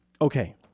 Okay